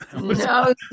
no